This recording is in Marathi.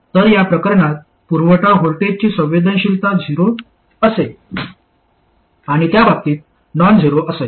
तर या प्रकरणात पुरवठा व्होल्टेजची संवेदनशीलता झेरो असेल आणि त्या बाबतीत नॉन झेरो असेल